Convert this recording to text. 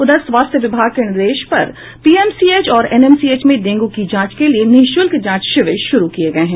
उधर स्वास्थ्य विभाग के निर्देश पर पीएमसीएम और एनएमसीएच में डेंगू की जांच के लिये निःशुल्क जांच शिविर शुरू किये गये हैं